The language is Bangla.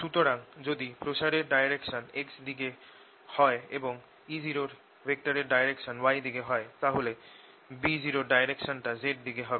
সুতরাং যদি প্রসারের ডাইরেকশন x দিকে হয় এবং E0 র ডাইরেকশন y দিকে হয় তাহলে B0 র ডাইরেকশন টা z দিকে হবে